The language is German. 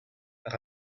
nach